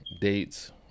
dates